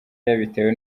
yabitewe